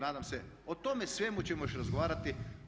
Nadam se, o tome svemu ćemo još razgovarati.